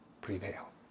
prevail